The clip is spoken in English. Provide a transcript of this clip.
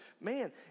man